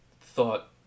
thought